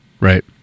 Right